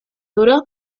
dura